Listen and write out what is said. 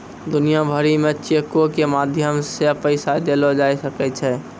दुनिया भरि मे चेको के माध्यम से पैसा देलो जाय सकै छै